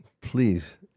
Please